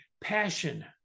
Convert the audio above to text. passion